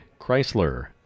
Chrysler